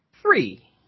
Three